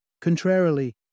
Contrarily